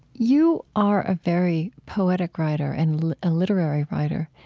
you are a very poetic writer and a literary writer,